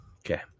Okay